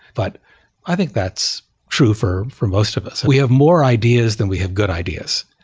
but i think that's true for for most of us. we have more ideas than we have good ideas.